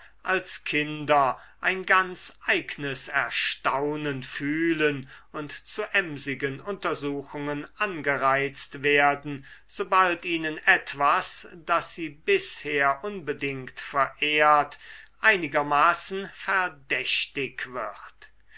als kinder ein ganz eignes erstaunen fühlen und zu emsigen untersuchungen angereizt werden sobald ihnen etwas das sie bisher unbedingt verehrt einigermaßen verdächtig wird